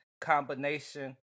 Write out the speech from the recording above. combination